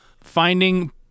finding